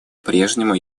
прежнему